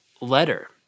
letter